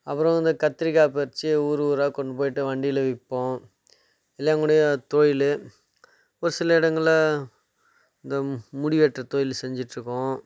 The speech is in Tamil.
அப்புரோ இந்த கத்தரிக்காய் பறித்து ஊர் ஊராக கொண்டு போயிட்டு வண்டியில் விற்போம் இதான் எங்களுடைய தொழில் ஒரு சில இடங்கள்ல இந்த முடி வெட்டுற தொழில் செஞ்சிட்டு இருக்கோம்